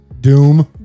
Doom